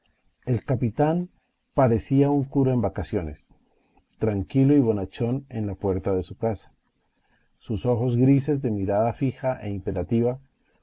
el capitán parecía un cura en vacaciones tranquilo y bonachón en la puerta de su casa sus ojos grises de mirada fija e imperativa